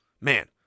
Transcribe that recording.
man